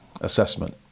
assessment